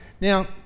Now